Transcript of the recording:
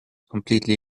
completely